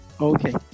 Okay